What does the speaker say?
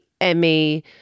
Emmy